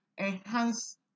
enhance